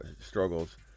struggles